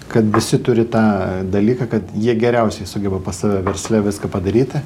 kad visi turi tą dalyką kad jie geriausiai sugeba pas save versle viską padaryti